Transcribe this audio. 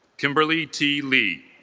kimberly t. lee